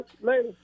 later